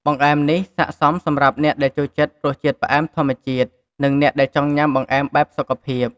បង្អែមនេះស័ក្តិសមសម្រាប់អ្នកដែលចូលចិត្តរសជាតិផ្អែមធម្មជាតិ និងអ្នកដែលចង់ញ៉ាំបង្អែមបែបសុខភាព។